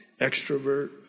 extrovert